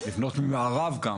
לבנות ממערב גם,